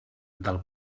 del